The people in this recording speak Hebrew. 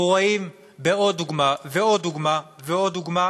אנחנו רואים בעוד דוגמה ועוד דוגמה ועוד דוגמה